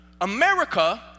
America